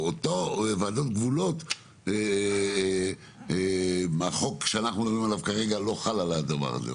באותה ועדת גבולות החוק שאנחנו מדברים עליו כרגע לא חל על הדבר הזה,